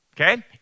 okay